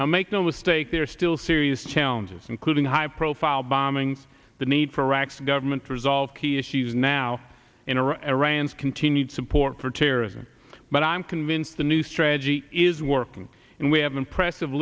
now make no mistake there are still serious challenges including high profile bombings the need for iraq's government to resolve key issues now in iran's continued support for terrorism but i'm convinced the new strategy is working and we have impressive